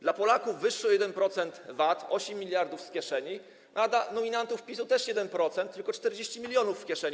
Dla Polaków - wyższy o 1% VAT, 8 mld z kieszeni, a dla nominatów PiS-u - też 1%, tylko 40 mln w kieszeni.